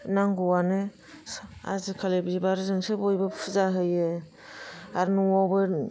नांगौआनो आजिखालि बिबारजोंसो बयबो फुजा होयो आरो न'आवबो